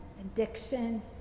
addiction